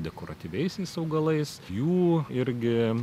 dekoratyviais augalais jų irgi